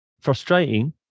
frustrating